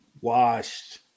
Washed